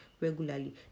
regularly